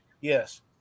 Yes